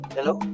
Hello